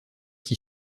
qui